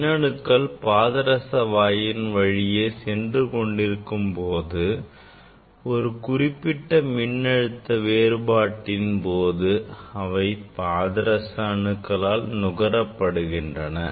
மின் அணுக்கள் பாதரச வாயுவின் வழியே சென்று கொண்டிருக்கும்போது ஒரு குறிப்பிட்ட மின்னழுத்த வேறுபாட்டின் போது அவை பாதரச அணுக்களால் நுகரப்படுகின்றன